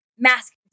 mask